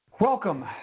Welcome